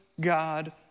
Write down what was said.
God